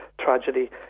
tragedy